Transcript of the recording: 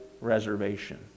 reservation